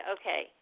okay